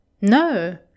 No